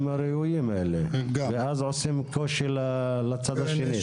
הראויים האלה ואז עושים קושי לצד השני.